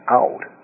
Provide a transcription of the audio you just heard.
out